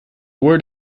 word